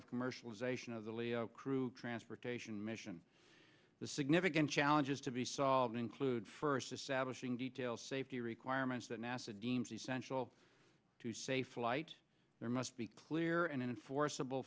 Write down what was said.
of commercialization of the crew trans mission the significant challenges to be solved include first establishing detail safety requirements that nasa deems essential to safe flight there must be clear and enforceable